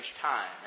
time